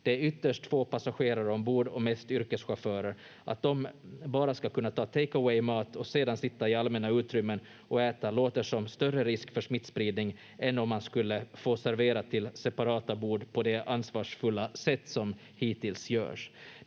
ytterst få passagerare ombord och mest yrkeschaufförer. Att de bara ska kunna ta take away-mat och sedan sitta i allmänna utrymmen och äta låter som större risk för smittspridning än om man skulle få servera till separata bord på det ansvarsfulla sätt som hittills görs.